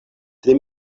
tri